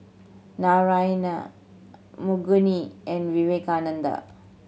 Narayana Makineni and Vivekananda